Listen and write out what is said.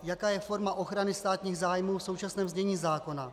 Jaká je forma ochrany státních zájmů v současném znění zákona?